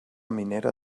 minera